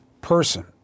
person